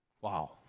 wow